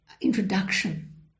introduction